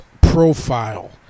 profile